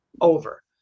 over